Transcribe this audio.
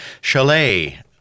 Chalet